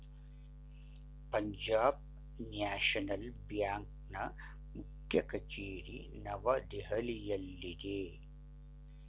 Punjab national ಬ್ಯಾಂಕ್ನ ಮುಖ್ಯ ಕಚೇರಿ ನವದೆಹಲಿಯಲ್ಲಿದೆ